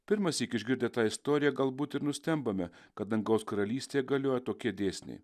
pirmąsyk išgirdę tą istoriją galbūt ir nustembame kad dangaus karalystėje galioja tokie dėsniai